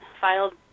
filed